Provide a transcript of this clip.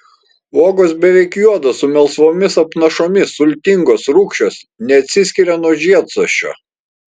uogos beveik juodos su melsvomis apnašomis sultingos rūgščios neatsiskiria nuo žiedsosčio